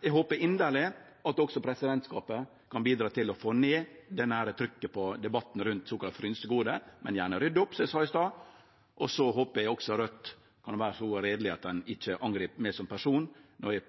Eg håpar inderleg at også presidentskapet kan bidra til å få ned dette trykket på debatten rundt såkalla frynsegode – men gjerne rydde opp, som eg sa i stad. Eg håpar også at Raudt kan vere reielege og ikkje angripa meg som person